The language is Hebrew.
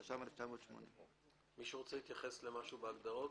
התש"ם-1980." מישהו רוצה להתייחס אל משהו בהגדרות?